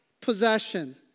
possession